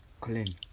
Colin